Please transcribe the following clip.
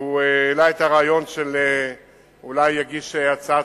והוא העלה את הרעיון שאולי הוא יגיש הצעת